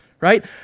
right